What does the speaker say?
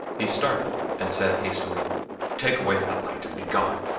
he started and said hastily take away that light, and begone.